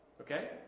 okay